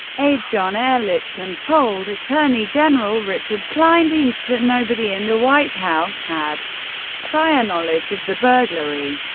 aide john ehrlichman told attorney general richard kleindienst that nobody in the white house had prior knowledge of the burglary.